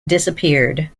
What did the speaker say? disappeared